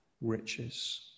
riches